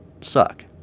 suck